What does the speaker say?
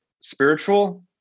spiritual